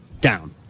down